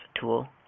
tool